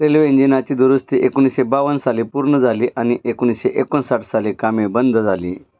railway इंजिनाची दुरुस्ती एकोणीसशे बावन्न साली पूर्ण झाली आणि एकोणीसशे एकोणसाठ साली कामे बंद झाली